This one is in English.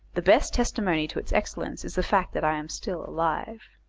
the best testimony to its excellence is the fact that i am still alive.